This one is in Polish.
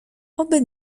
oby